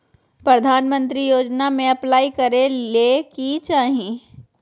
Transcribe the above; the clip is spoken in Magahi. प्रधानमंत्री योजना में अप्लाई करें ले की चाही?